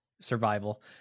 survival